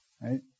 Right